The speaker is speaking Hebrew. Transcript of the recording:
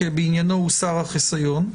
כי בעניינו הוסר החיסיון.